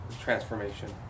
transformation